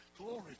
Glory